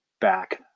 back